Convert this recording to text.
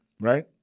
Right